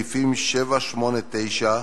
7, 8, 9,